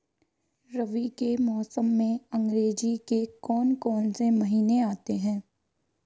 रबी के मौसम में अंग्रेज़ी के कौन कौनसे महीने आते हैं?